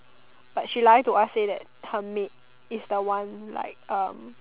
but she lie to us say that her maid is the one like um